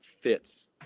fits